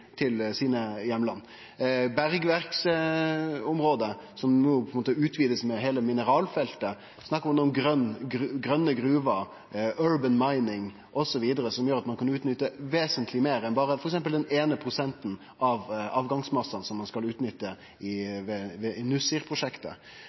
med heile mineralfeltet, snakkar ein no om grøne gruver, «urban mining», osv., som gjer at ein kan utnytte vesentleg meir enn f.eks. berre den eine prosenten av avgangsmassane som ein skal utnytte